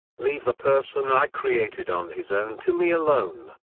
leave the person i created on his own to me alone.